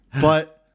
but-